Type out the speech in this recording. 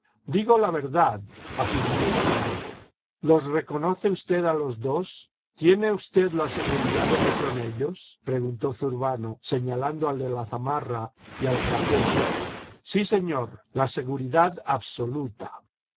digo la verdad afirmó el labriego los reconoce usted a los dos tiene usted la seguridad de que son ellos preguntó zurbano señalando al de la zamarra y al raposo sí señor la seguridad absoluta